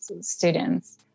students